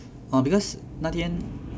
oh because 那天